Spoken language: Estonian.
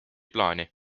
plaani